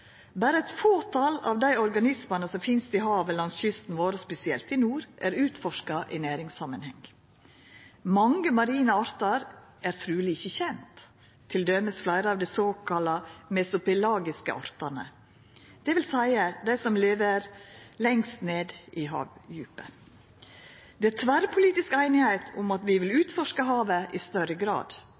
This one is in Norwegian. Berre eit fåtal av dei organismane som finst i havet langs kysten vår, spesielt i nord, er utforska i næringssamanheng. Mange marine artar er truleg ikkje kjende, t.d. fleire av dei såkalla mesopelagiske artane, dvs. dei som lever lengst nede i havdjupna. Det er tverrpolitisk semje om at vi vil utforska havet i større grad,